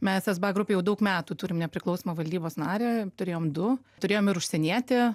mes sba grupėj jau daug metų turim nepriklausomą valdybos narį turėjom du turėjom ir užsienietį